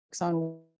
on